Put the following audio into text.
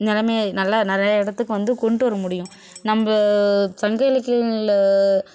நிலைமைய நல்லா நிறையா இடத்துக்கு வந்து கொண்டு வர முடியும் நம்ம சங்க இலக்கியங்களில்